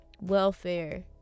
welfare